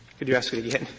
could you ask it again?